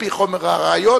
על-פי חומר הראיות,